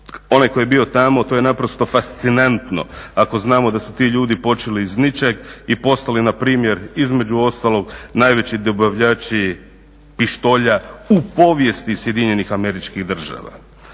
Onaj tko je bio tako, to je naprosto fascinantno. Ako znamo da su ti ljudi počeli iz ničeg i postali npr. između ostalog najveći dobavljači pištolja u povijesti